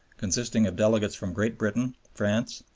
consisting of delegates from great britain, france,